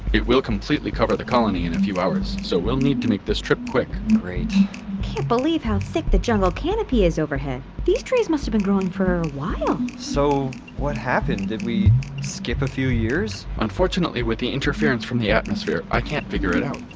it will completely cover the colony in a few hours, so we'll need to make this trip quick great i can't believe how thick the jungle canopy is overhead these trees must have been growing for a while so what happened, did we skip a few years? unfortunately, with the interference from the atmosphere i can't figure it out.